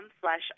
slash